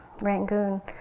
Rangoon